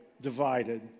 Divided